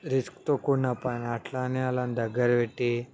రిస్క్తో కూడిన పని అట్లా అని వాళ్ళని దగ్గర పెట్టి